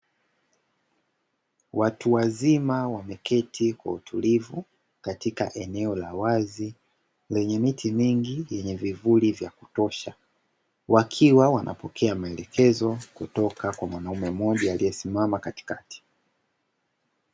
Watu wazima wameketi kwa utulivu katika eneo la wazi lenye miti mingi yenye vivuli vya kutosha, wakiwa wanapokea maelekezo kutoka kwa mwanaume mmoja aliyesimama katikati.